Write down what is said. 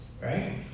right